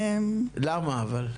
למה אבל?